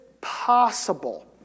possible